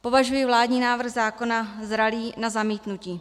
Považuji vládní návrh zákona zralý na zamítnutí.